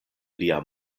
lia